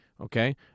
okay